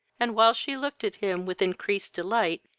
and, while she looked at him with increased delight,